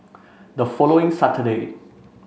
the following Saturday